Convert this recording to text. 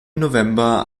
november